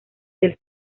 del